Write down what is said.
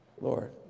Lord